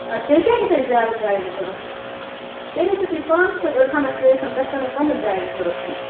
اَدِ تیٚلہِ کیٛازِ چھُو تۄہہِ زیادٕ گایِڈ ضروٗرت تیٚلہِ ہیٚکِو تُہۍ پانہٕ تہِ توتہِ أڑۍ ہنا کٔرِتھ تۄہہِ پٮ۪نو کمٕے گایِڈ ضروٗرت